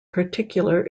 particular